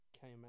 came